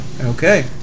Okay